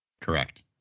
Correct